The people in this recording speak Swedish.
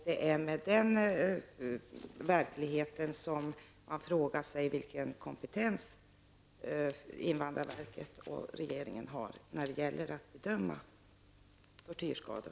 Därför kan man fråga sig vilken kompetens invandrarverket och regeringen har att bedöma tortyrskador.